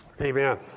Amen